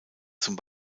zum